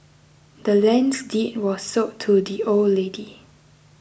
the land's deed was sold to the old lady